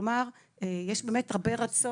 כלומר, יש באמת הרבה רצון.